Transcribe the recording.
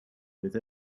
with